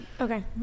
okay